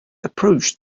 approached